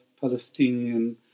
Palestinian